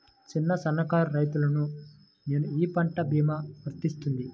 చిన్న సన్న కారు రైతును నేను ఈ పంట భీమా వర్తిస్తుంది?